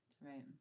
Right